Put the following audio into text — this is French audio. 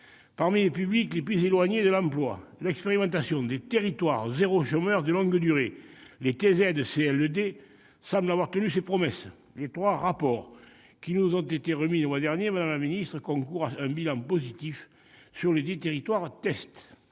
Pour les publics les plus éloignés de l'emploi, l'expérimentation « Territoires zéro chômeur de longue durée » (TZCLD) semble avoir tenu ses promesses. Les trois rapports qui vous ont été remis le mois dernier, madame la ministre, concluent à un bilan positif sur les dix territoires tests.